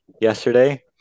yesterday